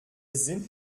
sind